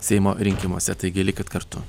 seimo rinkimuose taigi likit kartu